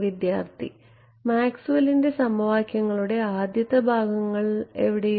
വിദ്യാർത്ഥി മാക്സ്വെല്ലിന്റെ സമവാക്യങ്ങളുടെ ആദ്യത്തെ ഭാഗങ്ങൾ എവിടെയോ